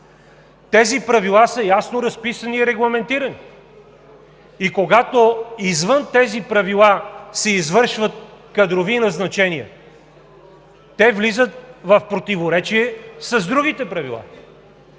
Тези правила са ясно разписани и регламентирани! И когато извън тези правила се извършват кадрови назначения, те влизат в противоречие с другите правила!